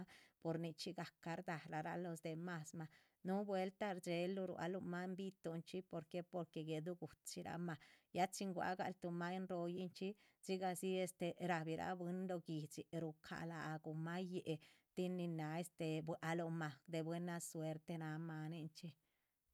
Pur nichi gaca rdalará los demásma nu vuelta rdexlu rualu man bitunchi porque porque guedu guachirama ya chichi guagal tubi man royinchi dxigasi, rabira bwin loguidxi rucalaguma i' tun bualuma, de buena suerte nama nichin.